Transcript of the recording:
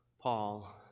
Paul